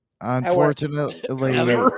Unfortunately